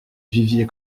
vivier